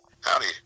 Howdy